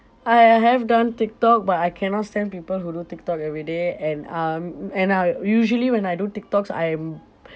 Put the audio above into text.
I I have done tiktok but I cannot stand people who do tiktok everyday and um and I usually when I do tiktoks I'm